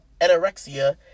anorexia